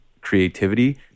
creativity